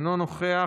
אינו נוכח,